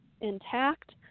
intact